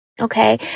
okay